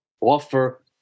offer